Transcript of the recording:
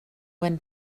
when